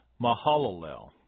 Mahalalel